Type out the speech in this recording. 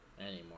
anymore